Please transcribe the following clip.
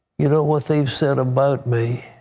you know what they've said about me.